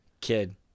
Kid